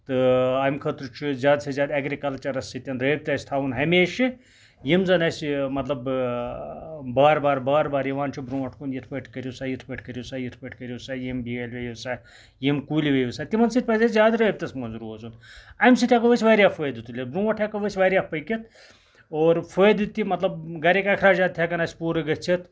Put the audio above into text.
تہٕ اَمہِ خٲطرٕ چھُ زیادٕ سے زیادٕ اٮ۪گرِکَلچرس سۭتۍ رٲبطہٕ اسہِ تھاوُن ہمیشہٕ یِم زَن اَسہِ مطلب بار بار بار بار یِوان چھ برونٹھ کُن یِتھ پٲٹھۍ کٔرِو سا یِتھ پٲٹھۍ کٔرِو سا یِم بیٲلۍ ؤوِیو سا یِم کُلۍ ؤوِیو سا تِمن سۭتۍ پَزِ اَسہِ زیادٕ رٲبطس منٛز روزُن اَمہِ سۭتۍ ہٮ۪کو أسۍ واریاہ فٲیدٕ تُلِتھ برونٹھ ہٮ۪کو أسۍ واریاہ پٔکِتھ اور فٲیدٕ تہِ مطلب گرِکۍ اَخراجات تہِ ہٮ۪کن اَسہِ پوٗرٕ گژھِتھ